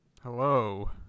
Hello